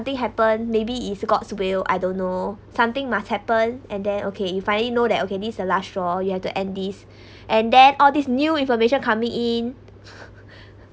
nothing happen maybe is god's will I don't know something must happen and then okay if finally know that okay this the last straw you have to end this and then all this new information coming in